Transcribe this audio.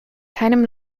keinem